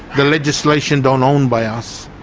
the legislation don't own by us.